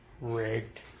rigged